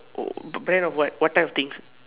oh bang of what what type of things